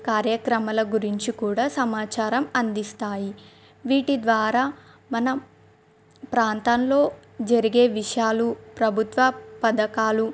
కార్యక్రమాల గురించి కూడా సమాచారం అందిస్తాయి వీటి ద్వారా మనం ప్రాంతంలో జరిగే విషయాలు ప్రభుత్వ పథకాలు